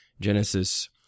Genesis